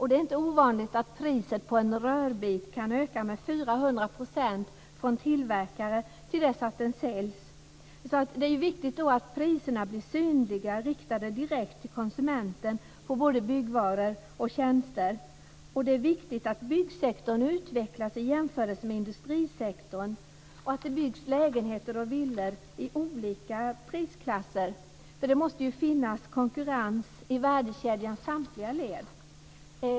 Det är inte ovanligt att priset på en rörbit ökar med 400 % från tillverkning till dess att den säljs. Det är viktigt att priserna, både på byggvaror och tjänster, blir synliga och riktade direkt till konsumenten. Det är också viktigt att byggsektorn utvecklas i jämförelse med industrisektorn och att det byggs lägenheter och villor i olika prisklasser. Det måste finnas konkurrens i värdekedjans samtliga led.